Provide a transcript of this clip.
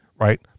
Right